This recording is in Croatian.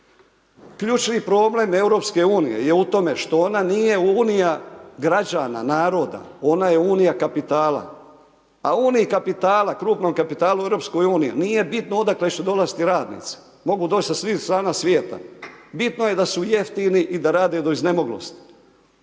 Ključni problem EU, je u tome što ona nije Unija građana, naroda, ona je Unija građana, naroda, ona je Unija kapitala. A u Uniji kapitala krupnog kapitala u EU, nije bitno odakle će dolaziti radnici, mogu doći sa svih strana savjeta, bitno je da su jeftini i da rade do iznemoglosti.